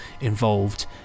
involved